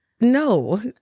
no